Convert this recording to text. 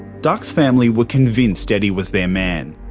duck's family were convinced eddie was their man,